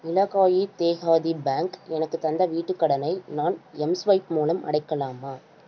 Ilaqai Dehati bank எனக்குத் தந்த வீட்டுக்கடனை நான் எம்ஸ்வைப் மூலம் அடைக்கலாமா